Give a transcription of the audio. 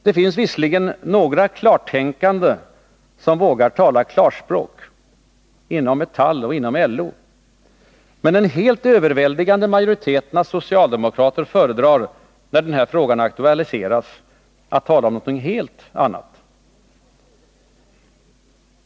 Det finns visserligen några klartänkande inom Metall och LO som vågar tala klarspråk, men den helt överväldigande majoriteten av socialdemokrater föredrar när denna fråga aktualiseras att tala om någonting annat.